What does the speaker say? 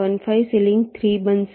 15 ceiling 3 બનશે